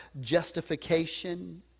justification